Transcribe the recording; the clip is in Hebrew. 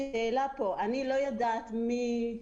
השאלה פה, אני לא יודעת מי,